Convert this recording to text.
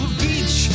beach